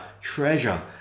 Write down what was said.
treasure